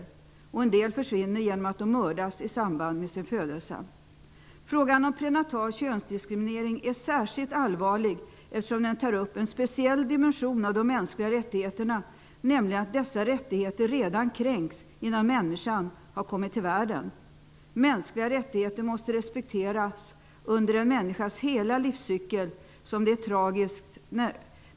En del av flickorna försvinner därför att de mördas i samband med sin födelse. Frågan om prenatal könsdiskriminering är särskilt allvarlig, eftersom den tar upp en speciell dimension av de mänskliga rättigheterna, nämligen att dessa rättigheter redan kränks innan människan har kommit till världen. Mänskliga rättigheter måste respekteras under en människas hela livscykel.